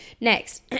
next